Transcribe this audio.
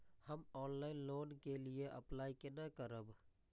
हम online loan के लिए अप्लाई केना करब?